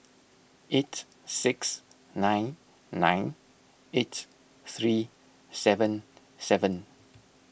eight six nine nine eight three seven seven